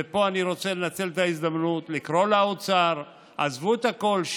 ופה אני רוצה לנצל את ההזדמנות לקרוא לאוצר: עזבו את הכול,